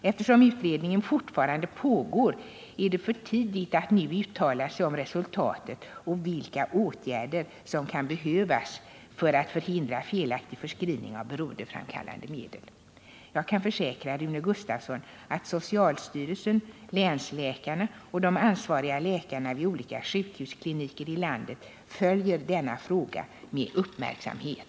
Eftersom utredningen fortfarande pågår är det för tidigt att nu uttala sig om resultatet och vilka åtgärder som kan behövas för att förhindra felaktig förskrivning av beroendeframkallande medel. Jag kan försäkra Rune Gustavsson att socialstyrelsen, länsläkarna och de 15 ansvariga läkarna vid olika sjukhuskliniker i landet följer denna fråga med uppmärksamhet.